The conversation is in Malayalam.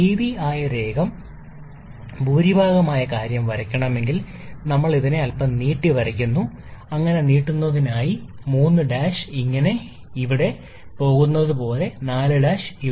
വി ആരേഖം ഭൂരിഭാഗം ഒരേ കാര്യം വരയ്ക്കണമെങ്കിൽ ഞങ്ങൾ ഇങ്ങനെ അല്പമെങ്കിലും അത് വരയ്ക്കാൻ തന്നെ എവിടെയോ ഇവിടെ ചില ഘട്ടത്തിൽ വരെ നീട്ടാൻ 3 ഇങ്ങനെ ഈ ശബ്ദം പോലെ എന്തെങ്കിലും പോകുന്ന തുടർന്ന് ഞങ്ങൾ 4 എവിടെയോ ഇവിടെ